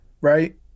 right